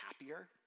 happier